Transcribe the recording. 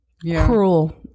cruel